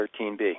13B